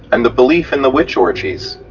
and the belief in the witch orgies,